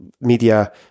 media